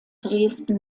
dresden